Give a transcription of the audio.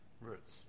roots